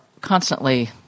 constantly